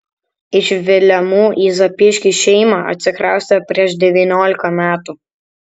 iš vilemų į zapyškį šeima atsikraustė prieš devyniolika metų